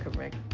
rick.